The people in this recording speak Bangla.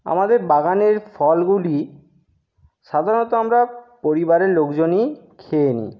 আমাদের বাগানের ফলগুলি সাধারণত আমরা পরিবারের লোকজনই খেয়ে নিই